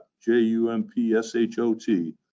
J-U-M-P-S-H-O-T